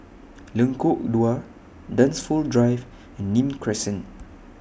Lengkok Dua Dunsfold Drive and Nim Crescent